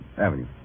Avenue